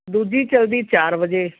ਦੂਜੀ ਚੱਲਦੀ ਚਾਰ ਵਜੇ